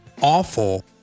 awful